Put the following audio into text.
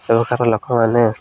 ବ୍ୟବକାରକାର ଲୋକମାନେ